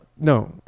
No